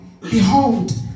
Behold